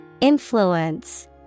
Influence